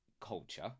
culture